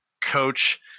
coach